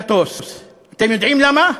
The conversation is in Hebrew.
אתם יודעים למה?